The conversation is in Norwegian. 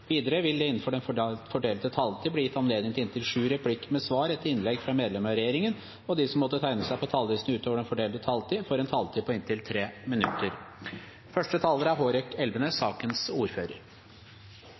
Videre vil det – innenfor den fordelte taletid – bli gitt anledning til inntil sju replikker med svar etter innlegg fra medlemmer av regjeringen, og de som måtte tegne seg på talerlisten utover den fordelte taletid, får en taletid på inntil 3 minutter.